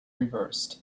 reversed